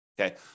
Okay